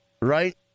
Right